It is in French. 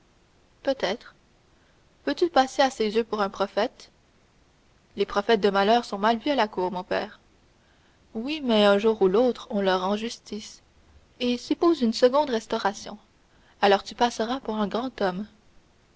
peut-être veux-tu passer à ses yeux pour un prophète les prophètes de malheur sont mal venus à la cour mon père oui mais un jour ou l'autre on leur rend justice et suppose une seconde restauration alors tu passeras pour un grand homme